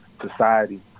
society